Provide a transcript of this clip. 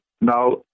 Now